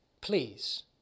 Please